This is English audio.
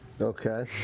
Okay